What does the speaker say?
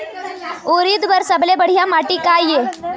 उरीद बर सबले बढ़िया माटी का ये?